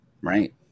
right